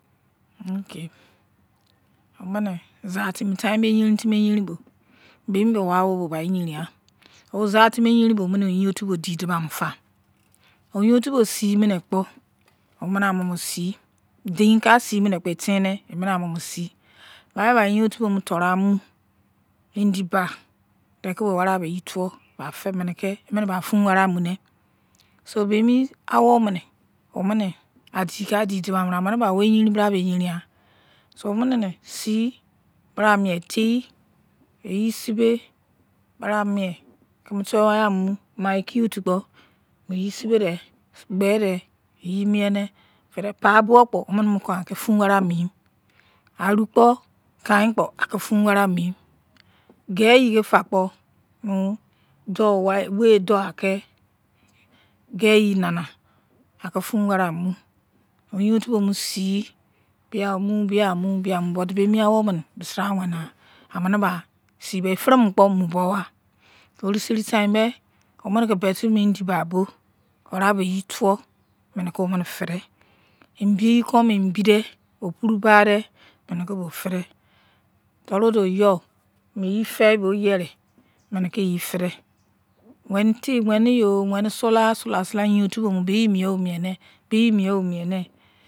omin zaufimni tume im bo bennbe bai wei yairn finni sem own awn bo bai fiti egenn gha ozantiini ayevin bo omini oydın otubo di dubonmufa oyein ofu bo sie mi nei kpo oniini amomo sei, dein see mini dein ka kpo etinec enimi amomo ser ofein ofubo nw foru-amy indi badekrivi bo wari a bo yei tuwo emi ba wari amunei so benigen awuminer adika adi daubanu minie amini ba wa engerin nimi bara gevin gha oumini ses, tei yeu seiber wari mai ekiye tuo apo onini serbée dee you mie ne ba papuurol kpo oniini kon ali fun wari ara kpo kain kpo kon anice aki fun waire amu, by kpo mu dan aki wa geisfi ak warf dou at wan amy lieji nana niki fun agein ofu bo un sei biamu bismu lout beninsei awuming anini ba sei que benin fire mini lepo mu don nwa bruseni tund mer omilini ki beti be indi bagbo wanaw noo omini fidere fidée emtigi kon so zi opuru opuru barder barder ominikon ambiyi fer lopur akubo fender fora dou yo fer feibo nki feifeider went yo sula peri aniki lbo eyein sula suler jein otun mo bo eyerin mi yo miene beigei mie o mie ne.